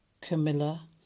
Camilla